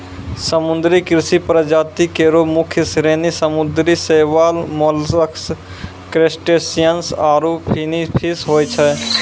समुद्री कृषि प्रजाति केरो मुख्य श्रेणी समुद्री शैवाल, मोलस्क, क्रसटेशियन्स आरु फिनफिश होय छै